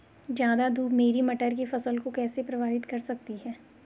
ज़्यादा धूप मेरी मटर की फसल को कैसे प्रभावित कर सकती है?